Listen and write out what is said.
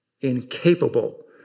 incapable